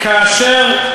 כאשר,